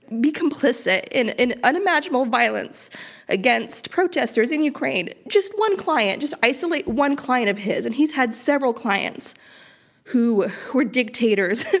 be complicit in in unimaginable violence against protesters in ukraine, just one client, just isolate one client of his, and he's had several clients who who were dictators,